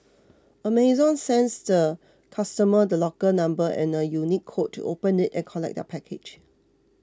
Amazon sends the customer the locker number and a unique code to open it and collect their package